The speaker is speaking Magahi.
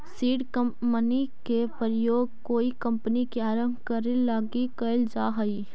सीड मनी के प्रयोग कोई कंपनी के आरंभ करे लगी कैल जा हई